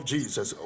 Jesus